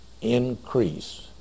increase